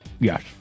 Yes